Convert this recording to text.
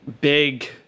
big